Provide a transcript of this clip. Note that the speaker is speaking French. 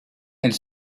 elle